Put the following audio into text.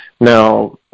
Now